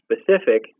specific